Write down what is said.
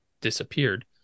disappeared